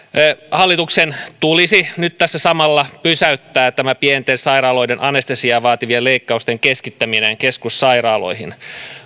hallituksen tulisi nyt tässä samalla pysäyttää tämä pienten sairaaloiden anestesiaa vaativien leikkausten keskittäminen keskussairaaloihin